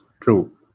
True